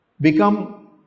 become